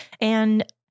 And-